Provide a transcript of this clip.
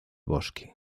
bosque